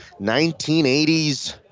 1980s